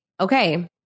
okay